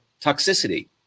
toxicity